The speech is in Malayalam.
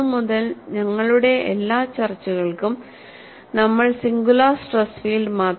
ഇന്ന് മുതൽ ഞങ്ങളുടെ എല്ലാ ചർച്ചകൾക്കും നമ്മൾ സിംഗുലാർ സ്ട്രെസ് ഫീൽഡ്